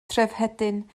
trefhedyn